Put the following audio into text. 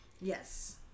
Yes